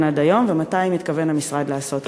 עד היום ומתי מתכוון המשרד לעשות כן?